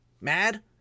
mad